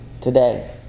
today